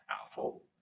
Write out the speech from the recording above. powerful